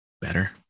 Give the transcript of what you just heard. better